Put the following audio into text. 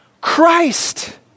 Christ